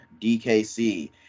DKC